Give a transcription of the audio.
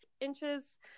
inches